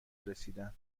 رسیدن